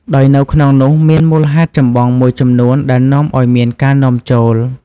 ដោយនៅក្នុងនោះមានមូលហេតុចម្បងមួយចំនួនដែលនាំឱ្យមានការនាំចូល។